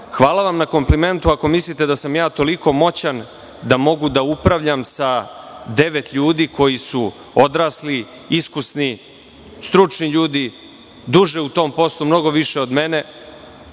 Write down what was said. hvala vam na komplimentu ako mislite da sam toliko moćan da mogu da upravljam sa devet ljudi koji su odrasli, iskusni, stručni ljudi, u tom poslu mnogo duže od mene